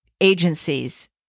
agencies